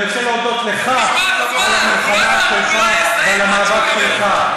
אני רוצה להודות לך על המלחמה שלך ועל המאבק שלך.